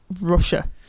Russia